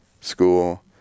school